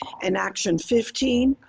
and action fifteen,